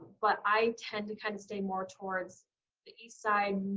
but i tend to kind of stay more towards the east side,